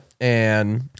and-